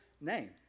name